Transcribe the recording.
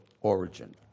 origin